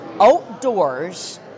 outdoors